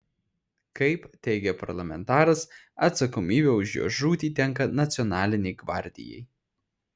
kaip teigia parlamentaras atsakomybė už jo žūtį tenka nacionalinei gvardijai